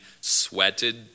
sweated